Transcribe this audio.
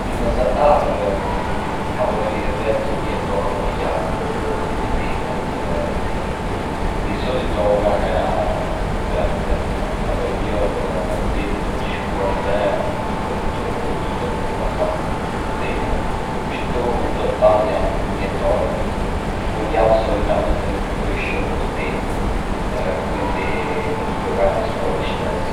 Në mesatare, kaloj rreth dhjetë orë në javë për udhëtimet e mia. Zakonisht, nga e hëna në të premten, kaloj dy orë në ditë për të shkuar dhe për t'u kthyer nga puna, kështu që në total janë dhjetë orë. Në fundjavë, zakonisht nuk bëj shumë udhëtime, prandaj nuk llogaris orë shtesë.